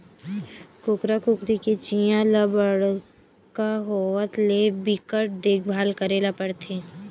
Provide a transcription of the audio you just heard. कुकरा कुकरी के चीया ल बड़का होवत ले बिकट देखभाल करे ल परथे